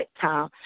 time